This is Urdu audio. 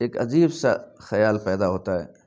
ایک عجیب سا خیال پیدا ہوتا ہے